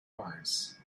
mars